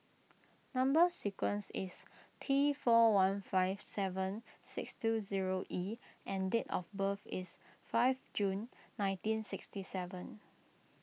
Number Sequence is T four one five seven six two zero E and date of birth is five June nineteen sixty seven